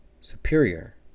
superior